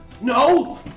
No